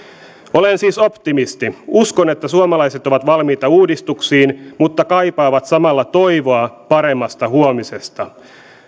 olen siis optimisti uskon että suomalaiset ovat valmiita uudistuksiin mutta kaipaavat samalla toivoa paremmasta huomisesta